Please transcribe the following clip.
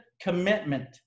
commitment